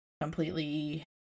completely